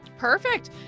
perfect